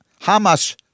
Hamas